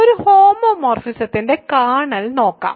ഒരു ഹോമോമോർഫിസത്തിന്റെ കേർണൽ നോക്കാം